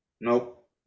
Nope